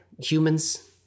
humans